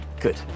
Good